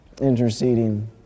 interceding